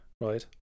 right